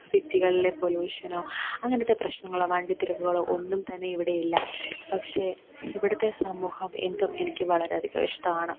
സിറ്റികളിലെ പൊലൂഷനോ അങ്ങനത്തെ പ്രശ്നങ്ങള് വണ്ടി തിരക്കുകളോ ഒന്നും തന്നെ ഇവിടെ ഇല്ല പക്ഷെ ഇവിടത്തെ സമൂഹം എന്തും എനിക്ക് വളരെ അധികം ഇഷ്ടവാണ്